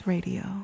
Radio